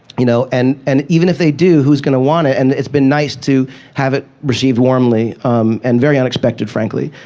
you know and and even if they do, who's going to want it? and it's been nice to have it received warmly um and very unexpected, frankly.